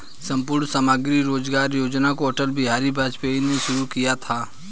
संपूर्ण ग्रामीण रोजगार योजना को अटल बिहारी वाजपेयी ने शुरू किया था